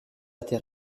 cratère